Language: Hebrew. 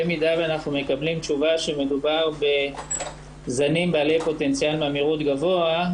במידה שאנחנו מקבלים תשובה שמדובר בזנים בעלי פוטנציאל ממאירות גבוה,